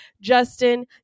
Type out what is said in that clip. Justin